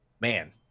man